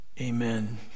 amen